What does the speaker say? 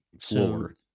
floor